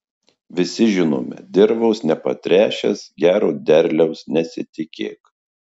visi žinome dirvos nepatręšęs gero derliaus nesitikėk